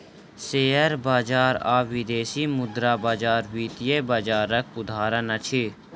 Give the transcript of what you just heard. share बजार आ विदेशी मुद्रा बजार वित्तीय बजारक उदाहरण अछि